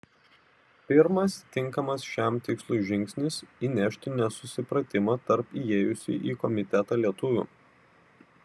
pirmas tinkamas šiam tikslui žingsnis įnešti nesusipratimą tarp įėjusių į komitetą lietuvių